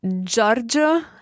Giorgio